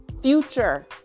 future